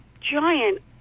giant